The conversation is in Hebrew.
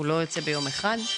הוא לא יוצא ביום אחד.